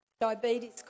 diabetes